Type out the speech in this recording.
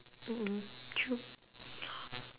mm mm true